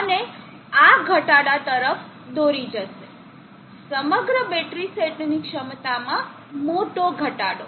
અને આ ઘટાડા તરફ દોરી જશે સમગ્ર બેટરી સેટની ક્ષમતામાં મોટો ઘટાડો